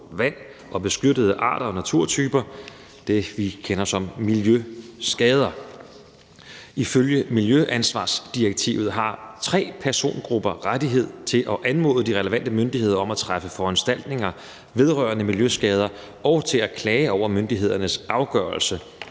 vand og beskyttede arter og naturtyper; det er det, vi kender som miljøskader. Ifølge miljøansvarsdirektivet har tre persongrupper rettighed til at anmode de relevante myndigheder om at træffe foranstaltninger vedrørende miljøskader og til at klage over myndighedernes afgørelse